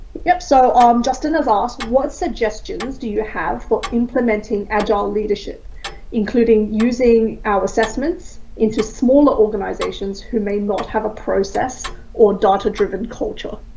yep so um justin has asked what suggestions do you have for implementing agile leadership including using our assessments into smaller organisations who may not have a process or data-driven culture.